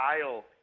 style